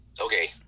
okay